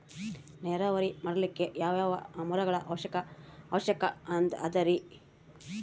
ನೇರಾವರಿ ಮಾಡಲಿಕ್ಕೆ ಯಾವ್ಯಾವ ಮೂಲಗಳ ಅವಶ್ಯಕ ಅದರಿ?